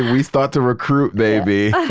we start to recruit baby